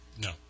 No